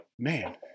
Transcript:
Man